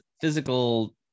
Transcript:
physical